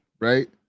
right